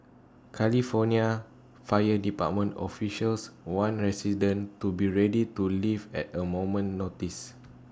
California fire department officials warned residents to be ready to leave at A moment's notice